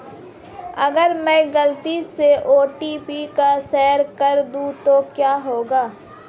अगर मैं गलती से ओ.टी.पी शेयर कर दूं तो क्या होगा?